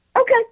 okay